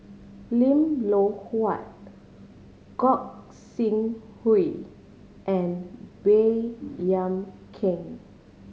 Lim Loh Huat Gog Sing Hooi and Baey Yam Keng